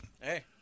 Hey